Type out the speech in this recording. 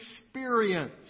experience